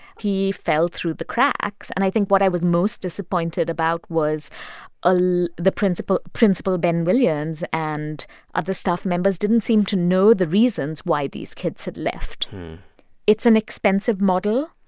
he fell through the cracks. and i think what i was most disappointed about was ah like principal principal ben williams and other staff members didn't seem to know the reasons why these kids had left it's an expensive model,